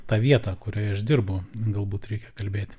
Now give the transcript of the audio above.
tą vietą kurioje aš dirbu galbūt reikia kalbėti